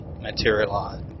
materialize